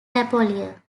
napoleon